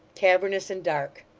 cavernous and dark.